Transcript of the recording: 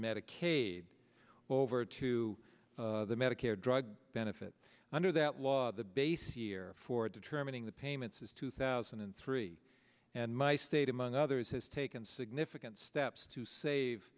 medicaid over to the medicare drug benefit under that law the base here for determining the payments is two thousand and three and my state among others has taken significant steps to save